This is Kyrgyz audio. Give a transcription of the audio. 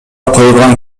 коюлган